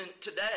today